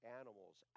animals